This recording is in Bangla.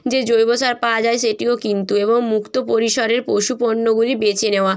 যে জৈব সার পাওয়া যায় সেটিও কিন্তু এবং মুক্ত পরিসরের পশু পণ্যগুলি বেছে নেওয়া